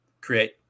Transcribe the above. create